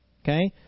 Okay